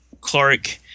Clark